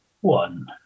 one